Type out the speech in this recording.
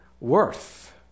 worth